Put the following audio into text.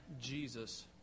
Jesus